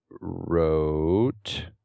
wrote